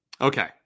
Okay